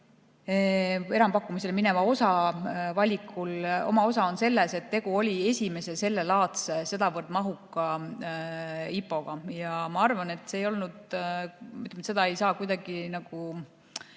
enampakkumisele mineva osa valikul. Oma osa on selles, et tegu oli esimese sellelaadse sedavõrd mahuka IPO-ga. Ma arvan, et seda ei saa kuidagi nagu,